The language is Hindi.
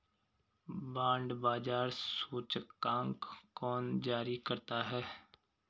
बांड बाजार सूचकांक कौन जारी करता है?